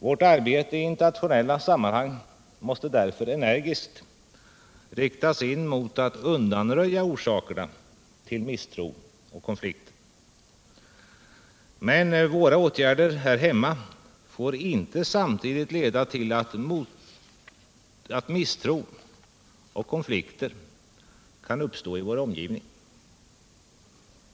Vårt arbete i internationella sammanhang måste därför energiskt riktas in mot att undanröja orsakerna till misstro och konflikter. Men våra åtgärder här hemma får inte samtidigt leda till att misstro och konflikter kan uppstå i vår omgivning.